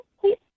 please